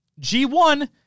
G1